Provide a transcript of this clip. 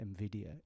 Nvidia